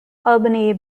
albany